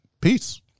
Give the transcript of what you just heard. peace